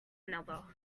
another